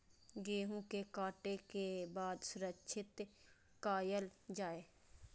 गेहूँ के काटे के बाद सुरक्षित कायल जाय?